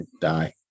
die